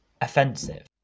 offensive